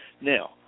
Now